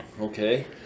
okay